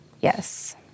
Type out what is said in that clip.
Yes